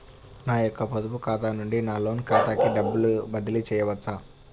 నా యొక్క పొదుపు ఖాతా నుండి నా లోన్ ఖాతాకి డబ్బులు బదిలీ చేయవచ్చా?